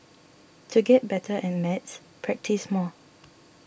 to get better at maths practise more